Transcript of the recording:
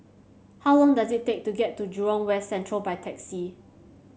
how long does it take to get to Jurong West Central by taxi